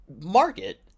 market